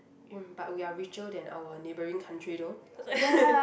mm but we are richer than our neighbouring country though